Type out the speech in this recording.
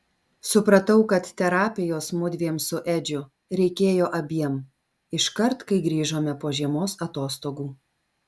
supratau kad terapijos mudviem su edžiu reikėjo abiem iškart kai grįžome po žiemos atostogų